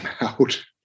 out